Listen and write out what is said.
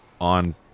on